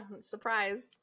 surprise